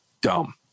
dumb